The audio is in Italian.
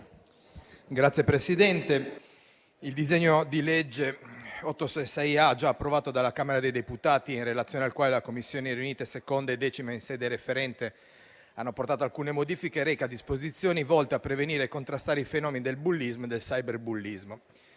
il disegno di legge n. 866, già approvato dalla Camera dei deputati, in relazione al quale le Commissioni riunite 2ª e 10ª in sede referente hanno apportato alcune modifiche, reca disposizioni volte a prevenire e contrastare i fenomeni del bullismo e del cyberbullismo.